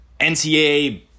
NCAA